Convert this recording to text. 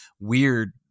weird